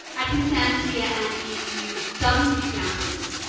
i can stand here and give you dozens of examples,